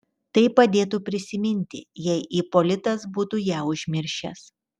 tai padėtų prisiminti jei ipolitas būtų ją užmiršęs